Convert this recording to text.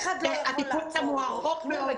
הטיפול שלנו הוא ארוך מאוד,